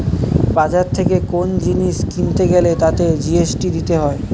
বাজার থেকে কোন জিনিস কিনতে গ্যালে তাতে জি.এস.টি দিতে হয়